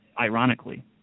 ironically